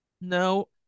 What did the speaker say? No